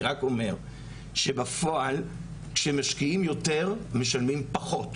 אני רק אומר שבפועל כשמשקיעים יותר משלמים פחות,